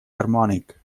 harmònic